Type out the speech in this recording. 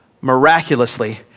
miraculously